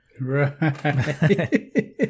right